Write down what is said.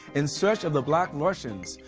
in search of the black russians.